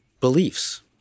beliefs